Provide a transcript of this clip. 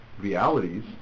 realities